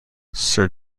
sir